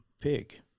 pig